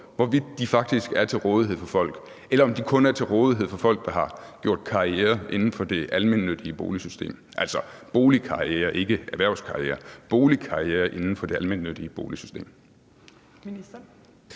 hvorvidt de faktisk er til rådighed for folk, eller om de kun er til rådighed for folk, der har gjort karriere – altså boligkarriere, ikke erhvervskarriere – inden for det i almennyttige boligsystem.